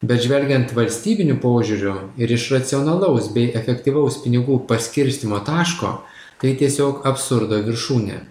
bet žvelgiant valstybiniu požiūriu ir iš racionalaus bei efektyvaus pinigų paskirstymo taško tai tiesiog absurdo viršūnė